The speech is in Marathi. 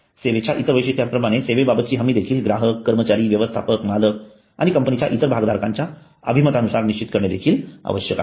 सेवेच्या इतर वैशिष्ट्यांप्रमाणे सेवेबाबतची हमी देखील ग्राहक कर्मचारी व्यवस्थापक मालक आणि कंपनीच्या इतर भागधारकांच्या अभिमतानुसार निश्चित करणे देखील आवश्यक आहे